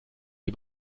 die